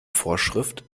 vorschrift